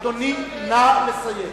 אדוני, נא לסיים.